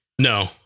No